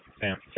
Sam